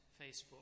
Facebook